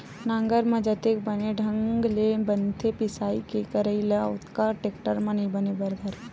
नांगर म जतेक बने ढंग ले बनथे बियासी के करई ह ओतका टेक्टर म नइ बने बर धरय